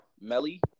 Melly